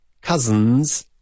cousins